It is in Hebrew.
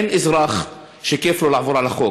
אין אזרח שכיף לו לעבור על החוק.